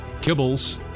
Kibbles